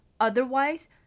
Otherwise